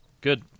good